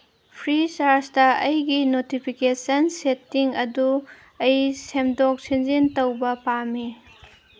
ꯐ꯭ꯔꯤꯆꯥꯔꯖꯇ ꯑꯩꯒꯤ notification setting ꯑꯗꯨ ꯑꯩ ꯁꯦꯝꯗꯣꯛ ꯁꯦꯝꯖꯤꯟ ꯇꯧꯕ ꯄꯥꯝꯃꯤ